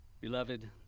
beloved